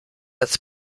das